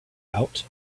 out